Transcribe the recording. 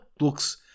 looks